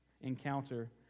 encounter